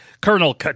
Colonel